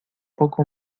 poco